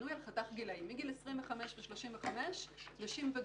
בנוי על חתך גילאים מגיל 25 ו-35, נשים וגברים.